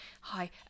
hi